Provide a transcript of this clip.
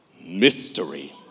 mystery